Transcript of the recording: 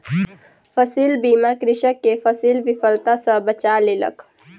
फसील बीमा कृषक के फसील विफलता सॅ बचा लेलक